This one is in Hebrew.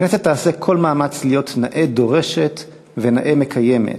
הכנסת תעשה כל מאמץ להיות נאה דורשת ונאה מקיימת.